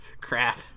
Crap